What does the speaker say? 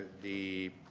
the